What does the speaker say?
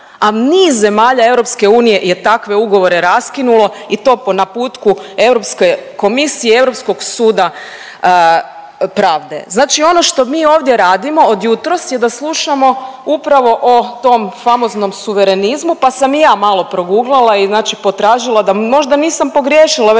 a niz zemalja EU je takve ugovore raskinulo i to po naputku Europske komisije, Europskog suda pravde. Znači ono što mi ovdje radimo od jutros je da slušamo upravo o tom famoznom suverenizmu, pa sam i ja malo proguglala i znači potražila da možda nisam pogriješila vezano